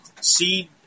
seed